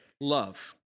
love